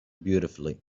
beautifully